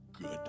good